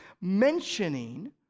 mentioning